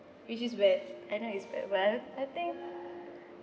which is bad I know it's bad but I think